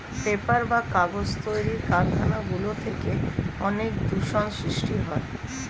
paper বা কাগজ তৈরির কারখানা গুলি থেকে অনেক দূষণ সৃষ্টি হয়